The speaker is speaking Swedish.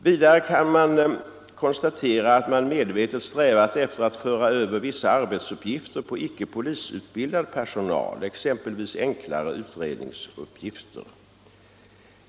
Vi kan också konstatera att man medvetet strävat efter att föra över vissa arbetsuppgifter på icke polisutbildad personal, exempelvis enklare utredningsuppgifter.